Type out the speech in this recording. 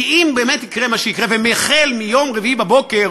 כי אם באמת יקרה מה שיקרה והחל מיום רביעי בבוקר